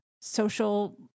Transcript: social